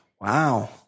wow